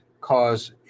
cause